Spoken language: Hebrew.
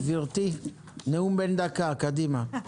גברתי, נאום בן דקה, קדימה.